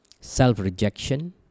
self-rejection